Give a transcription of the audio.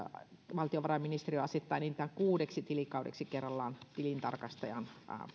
valtiovarainministeriö asettaa enintään kuudeksi tilikaudeksi kerrallaan tilintarkastajan